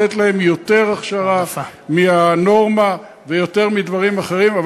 לתת להם יותר הכשרה מהנורמה ויותר מדברים אחרים.